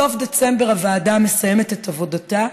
בסוף דצמבר הוועדה מסיימת את עבודתה.